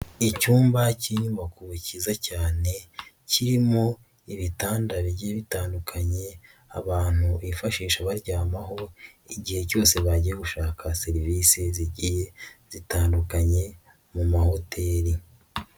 Icyumba cy'inyubako cyiza cyane, kirimo ibitanda bigiye bitandukanye, abantu bifashisha baryamaho, igihe cyose bagiye gushaka serivisi zigiye zitandukanye mu mahoteli.